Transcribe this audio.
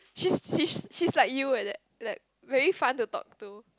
she's she's she's like you like that like very fun to talk to